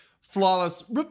Flawless